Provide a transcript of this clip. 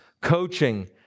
coaching